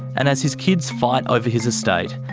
and as his kids fight over his estate,